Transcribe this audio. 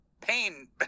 pain